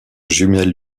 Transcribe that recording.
jumelle